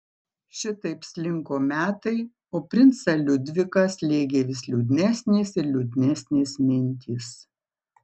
šitaip slinko metai o princą liudviką slėgė vis liūdnesnės ir liūdnesnės mintys